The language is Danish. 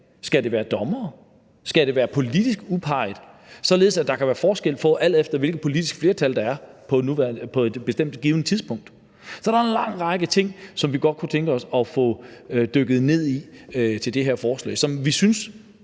Skal det være dommere, skal de være politisk udpegede, således at der kan være forskel, alt efter hvilket politisk flertal der er på et bestemt givet tidspunkt? Så der er en lang række ting, som vi godt kunne tænke os at få dykket ned i, i det her forslag, som vi synes